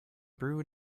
brewed